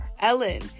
ellen